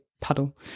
puddle